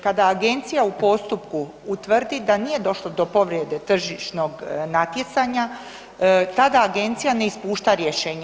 Kada agencija u postupku utvrdi da nije došlo do povrede tržišnog natjecanja tada agencija ne ispušta rješenje.